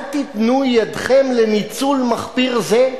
אל תיתנו ידכם לניצול מחפיר זה,